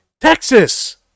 Texas